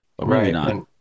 Right